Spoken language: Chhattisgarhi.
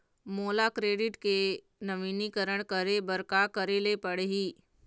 मोला क्रेडिट के नवीनीकरण करे बर का करे ले पड़ही?